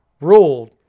ruled